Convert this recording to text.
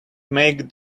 make